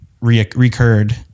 recurred